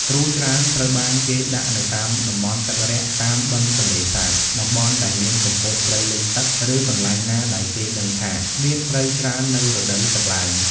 ទ្រូច្រើនត្រូវបានគេដាក់នៅតាមតំបន់ទឹករាក់តាមបឹងទន្លេសាប តំបន់ដែលមានគុម្ពោតព្រៃទឹកលិច ឬកន្លែងណាដែលគេដឹងថាមានត្រីច្រើននៅរដូវទឹកឡើង។